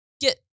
get